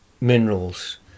minerals